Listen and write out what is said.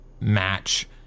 match